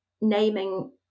naming